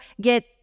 get